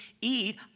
eat